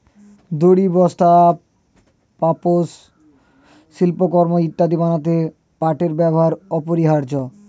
দড়ি, বস্তা, পাপোশ, শিল্পকর্ম ইত্যাদি বানাতে পাটের ব্যবহার অপরিহার্য